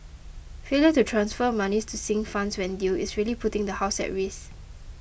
failure to transfer monies to sinking funds when due is really putting the house at risk